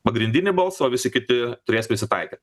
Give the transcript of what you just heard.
pagrindinį balsą o visi kiti turės prisitaikyt